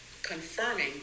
confirming